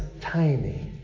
timing